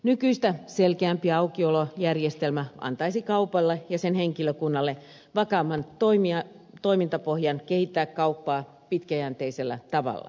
nykyistä selkeämpi aukiolojärjestelmä antaisi kaupalle ja sen henkilökunnalle vakaamman toimintapohjan kehittää kauppaa pitkäjänteisellä tavalla